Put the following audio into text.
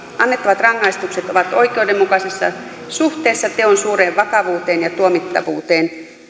annettavat rangaistukset ovat oikeudenmukaisessa suhteessa teon suureen vakavuuteen ja tuomittavuuteen